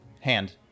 Hand